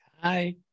Hi